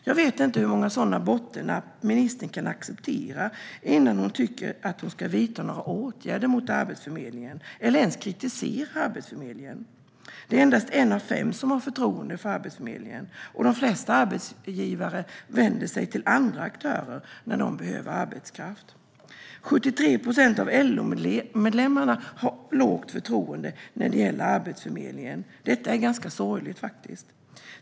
Jag vet inte hur många sådana bottennapp ministern kan acceptera innan hon tycker att hon ska vidta några åtgärder mot Arbetsförmedlingen eller ens kritisera Arbetsförmedlingen. Endast en av fem har förtroende för Arbetsförmedlingen, och de flesta arbetsgivare vänder sig till andra aktörer när de behöver arbetskraft. 73 procent av LO-medlemmarna har lågt förtroende för Arbetsförmedlingen - det är faktiskt ganska sorgligt.